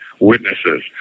witnesses